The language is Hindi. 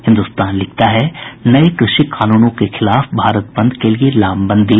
हिन्दुस्तान लिखता है नये कृषि कानूनों के खिलाफ भारत बंद के लिये लामबंदी